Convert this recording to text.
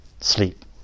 sleep